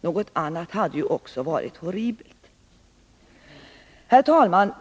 Något annat hade ju varit horribelt. Herr talman!